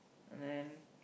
and then